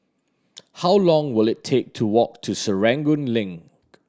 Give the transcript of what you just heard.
how long will it take to walk to Serangoon Link